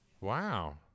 Wow